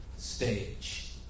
Stage